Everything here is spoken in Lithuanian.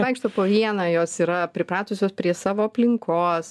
vaikšto po vieną jos yra pripratusios prie savo aplinkos